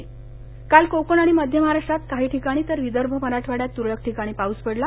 हवामानः हवामान काल कोकण आणि मध्य महाराष्ट्रात काही ठिकाणी तर विदर्भ मराठवाड्यात तुरळक ठिकाणी पाउस पडला